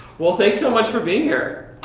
well, thanks so much for being here!